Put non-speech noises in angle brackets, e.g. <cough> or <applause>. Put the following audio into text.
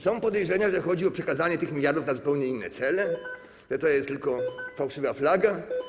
Są podejrzenia, że chodzi o przekazanie tych miliardów na zupełnie inne cele, <noise> że to jest tylko fałszywa flaga.